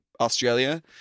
Australia